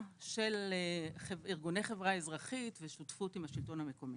של ארגוני חברה אזרחית ושותפות עם השלטון המקומי.